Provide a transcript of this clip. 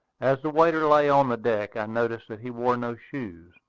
as the waiter lay on the deck, i noticed that he wore no shoes,